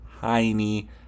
tiny